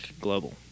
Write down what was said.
Global